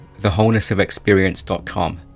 thewholenessofexperience.com